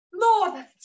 Lord